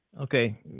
Okay